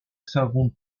savons